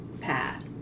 path